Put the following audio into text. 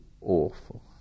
awful